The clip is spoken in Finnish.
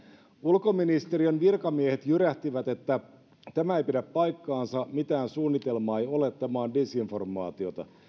ulkoministeriön virkamiehet jyrähtivät että tämä ei pidä paikkaansa mitään suunnitelmaa ei ole tämä on disinformaatiota